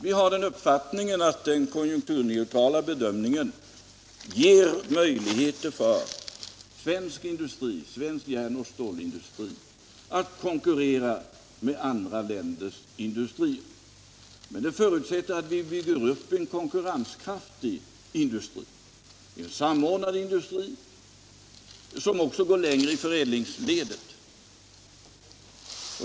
Vi har uppfattat att den konjunkturneutrala bedömningen ger möjligheter för svensk järnoch stålindustri att konkurrera med andra länders industrier, men det förutsätter att vi bygger upp en konkurrenskraftig industri, en samordnad industri, som även går längre i förädlingsledet.